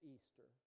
Easter